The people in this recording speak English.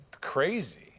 crazy